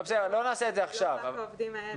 לא רק לעובדים האלה,